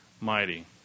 mighty